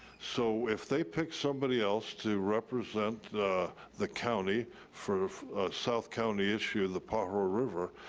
so if they pick somebody else to represent the county for a south county issue of the pajaro river,